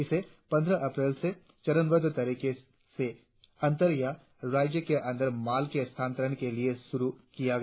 इसे पंद्रह अप्रैल से चरणबद्ध तरीके से अंतर या राज्य के अंदर माल के स्थानांतरण के लिए शुरु किया गया